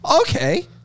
Okay